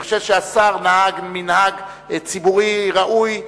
אני חושב שהשר נהג מנהג ציבורי ראוי,